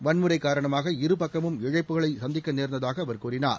வன்முறை காரணமாக இரு பக்கமும் இழப்புகளை சந்திக்க நேர்ந்ததாக அவர் கூறினார்